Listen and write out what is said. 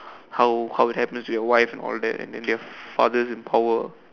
how how it happens to their wives and all that and then they have fathers in power